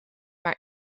maar